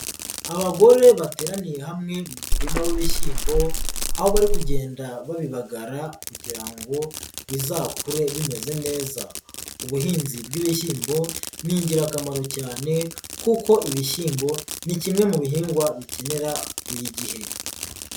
Abagore bateraniye hamwe mu murima w'ibishyimbo, aho bari kugenda babibagara kugira ngo bizakure bimeze neza, ubuhinzi bw'ibishyimbo ni ingirakamaro cyane kuko ibishyimbo, ni kimwe mu bihingwa bikenera buri gihe.